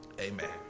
Amen